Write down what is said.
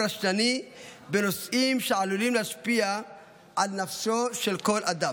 רשלני בנושאים שעלולים להשפיע על נפשו של כל אדם.